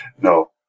no